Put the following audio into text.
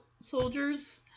soldiers